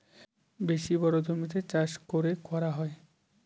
বেশি বড়ো জমিতে চাষ করে করা হয়